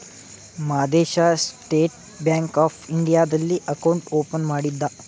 Madesha state bank of ಇಂಡಿಯಾದಲ್ಲಿ account open ಮಾಡಿದ್ದ